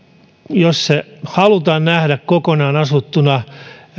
jos suomi halutaan nähdä kokonaan asuttuna